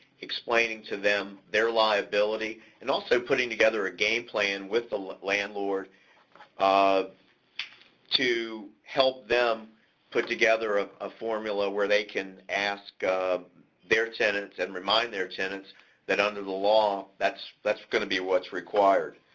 explaining to them their liability, and also putting together a gameplan with the landlord to help them put together ah a formula where they can ask um their tenants and remind their tenants that under the law, that's that's gonna be what's required.